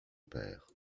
père